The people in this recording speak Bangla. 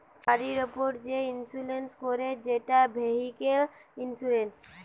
গাড়ির উপর যে ইন্সুরেন্স করে সেটা ভেহিক্যাল ইন্সুরেন্স